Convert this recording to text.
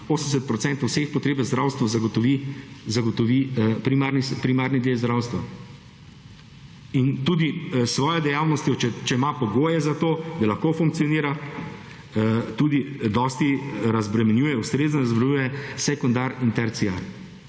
80 % vseh potreb v zdravstvo zagotovi primarni del zdravstva. In tudi s svojo dejavnostjo, če ima pogoje za to, da lahko funkcionira, tudi dosti razbremenjuje, ustrezno razbremenjuje sekundar in terciar.